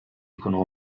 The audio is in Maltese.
jkunu